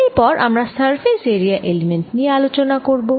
এরপর আমরা surface area element নিয়ে আলোচনা করব